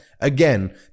Again